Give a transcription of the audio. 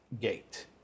gate